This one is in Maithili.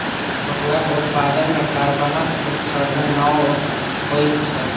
पटुआक उत्पादन मे कार्बनक उत्सर्जन नै होइत छै